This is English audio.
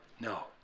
No